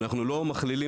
אנחנו לא מכלילים,